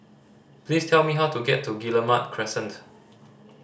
please tell me how to get to Guillemard Crescent